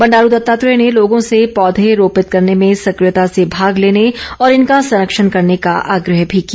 बंडारू दत्तात्रेय ने लोगों से पौधे रोपित करने में सकियता से भाग लेने और इनका संरक्षण करने का आग्रह भी किया